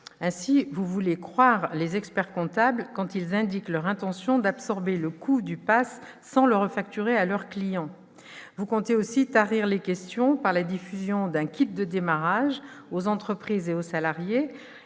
Ainsi voulez-vous croire les experts-comptables lorsqu'ils indiquent leur intention d'absorber le coût du PAS sans le refacturer à leurs clients ! Vous comptez aussi tarir les questions par la diffusion aux entreprises et aux salariés